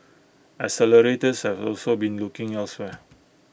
accelerators have also been looking elsewhere